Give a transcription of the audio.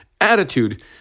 Attitude